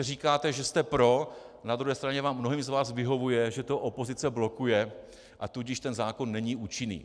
Vy říkáte, že jste pro, na druhé straně mnohým z vás vyhovuje, že to opozice blokuje, a tudíž zákon není účinný.